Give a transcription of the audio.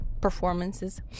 performances